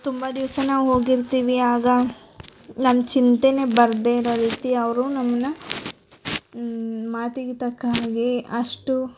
ತುಂಬ ದಿವಸ ನಾವು ಹೋಗಿರ್ತೀವಿ ಆಗ ನನ್ನ ಚಿಂತೆನೆ ಬರದೇ ಇರೋ ರೀತಿ ಅವರು ನಮ್ಮನ್ನ ಮಾತಿಗೆ ತಕ್ಕ ಹಾಗೆ ಅಷ್ಟು